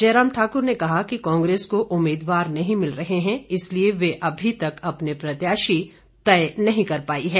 जयराम ठाकुर ने कहा कि कांग्रेस को उम्मीदवार नहीं मिल रहे हैं इसलिए वह अभी तक अपने प्रत्याशी तय नहीं कर पाई है